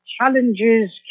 challenges